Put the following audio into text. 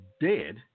dead